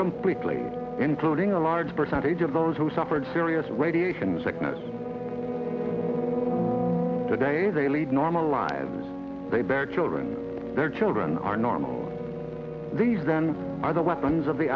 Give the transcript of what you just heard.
completely including a large percentage of those who suffered serious radiation sickness today they lead normal lives they back children their children are normal these then are the weapons of the